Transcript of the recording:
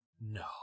no